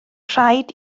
rhaid